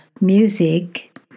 music